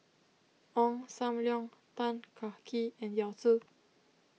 Ong Sam Leong Tan Kah Kee and Yao Zi